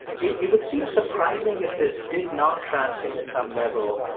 it it would seem surprising if this did not translate, at some level,